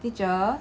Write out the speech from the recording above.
teacher